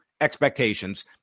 expectations